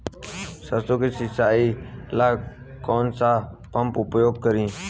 सरसो के सिंचाई ला कौन सा पंप उपयोग करी?